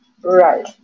Right